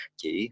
chỉ